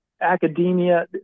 Academia